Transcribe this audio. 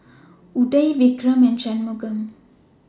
Udai Vikram and Shunmugam